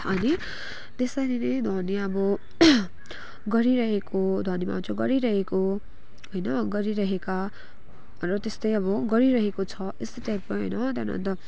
अनि त्यसरी नै ध्वनि अब गरिरहेको ध्वनिमा आउँछ गरिरहेको होइन गरिरहेका र त्यस्तै अब गरिरहेको छ यस्तै टाइपको होइन त्यहाँदेखि अन्त